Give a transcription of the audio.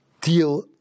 deal